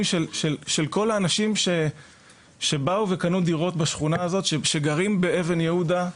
של כל האנשים שבאו וקנו דירות בשכונה הזאת שגרים באבן יהודה,